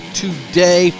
today